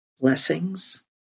Blessings